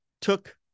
took